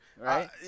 Right